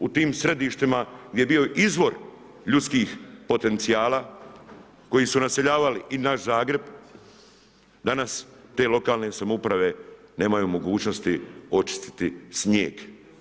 U tim središtima gdje je bio izvor ljudskih potencijala koji su naseljavali i naš Zagreb danas te lokalne samouprave nemaju mogućnosti očistiti snijeg.